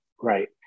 right